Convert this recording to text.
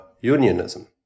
unionism